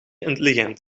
intelligent